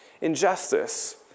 Injustice